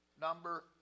number